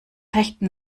rechten